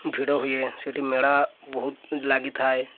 ଭିଡ଼ ହୁଏ ସେଇଠି ମେଳା ବହୁତ ଲାଗିଥାଏ